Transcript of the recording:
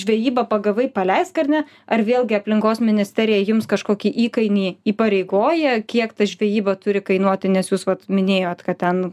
žvejyba pagavai paleisk ar ne ar vėlgi aplinkos ministerija jums kažkokį įkainį įpareigoja kiek ta žvejyba turi kainuoti nes jūs vat minėjot kad ten